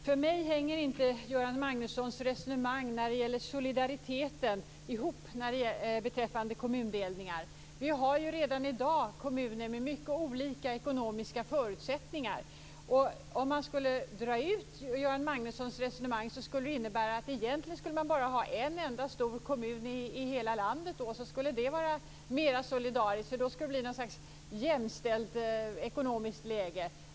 Fru talman! För mig hänger inte Göran Magnussons resonemang när det gäller solidariteten ihop beträffande kommundelningar. Vi har ju redan i dag kommuner med mycket olika ekonomiska förutsättningar. Om man skulle dra ut Göran Magnussons resonemang skulle det innebära att man egentligen bara skulle ha en enda stor kommun i hela landet och att det skulle vara mer solidariskt därför att det då skulle bli något slags jämställt ekonomiskt läge.